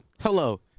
hello